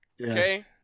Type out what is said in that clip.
Okay